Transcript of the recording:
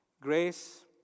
Grace